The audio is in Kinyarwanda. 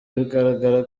bigaragara